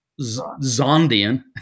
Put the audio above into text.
Zondian